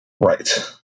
Right